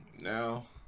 now